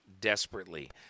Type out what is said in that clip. desperately